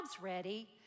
ready